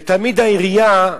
ותמיד העירייה,